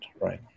right